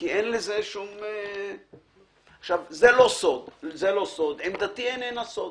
זה לא סוד עמדתי אינה סוד.